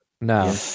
No